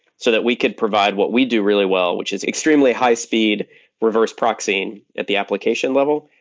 so that we could provide what we do really well, which is extremely high speed reverse proxying at the application level,